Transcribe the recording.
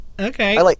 Okay